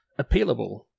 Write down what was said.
appealable